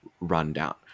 rundown